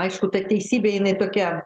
aišku ta teisybė jinai tokia